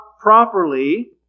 properly